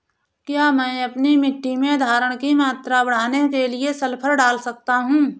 क्या मैं अपनी मिट्टी में धारण की मात्रा बढ़ाने के लिए सल्फर डाल सकता हूँ?